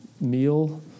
meal